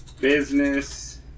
Business